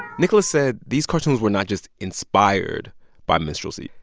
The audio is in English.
nicholas said these cartoons were not just inspired by minstrelsy.